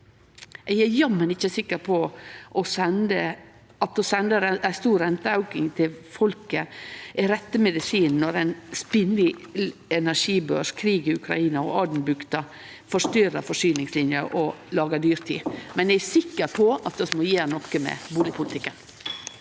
jammen ikkje sikker på at å sende ein stor renteauke til folket er rette medisinen når ein spinnvill energibørs, krig i Ukraina og Adenbukta forstyrrar forsyningslinja og lagar dyrtid, men eg er sikker på at vi må gjere noko med bustadpolitikken.